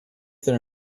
their